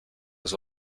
was